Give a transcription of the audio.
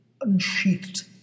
unsheathed